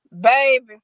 Baby